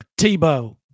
Tebow